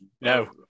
No